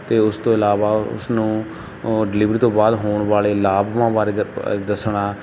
ਅਤੇ ਉਸ ਤੋਂ ਇਲਾਵਾ ਉਸਨੂੰ ਡਲਿਵਰੀ ਤੋਂ ਬਾਅਦ ਹੋਣ ਵਾਲੇ ਲਾਭਾਂ ਬਾਰੇ ਦ ਦੱਸਣਾ